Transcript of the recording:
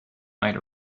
might